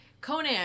Conan